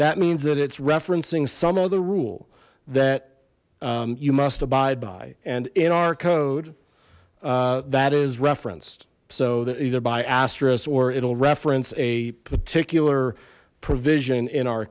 that means that it's referencing some other rule that you must abide by and in our code that is referenced so that either by asterisk or it'll reference a particular provision in our